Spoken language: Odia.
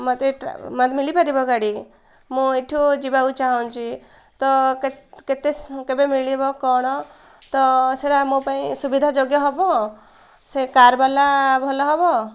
ମୋତେ ମିଳିପାରିବ ଗାଡ଼ି ମୁଁ ଏଠୁ ଯିବାକୁ ଚାହୁଁଛି ତ କେବେ ମିଳିବ କ'ଣ ତ ସେଟା ମୋ ପାଇଁ ସୁବିଧାଯୋଗ୍ୟ ହବ ସେ କାର୍ ବାଲା ଭଲ ହବ